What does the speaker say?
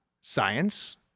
science